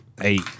eight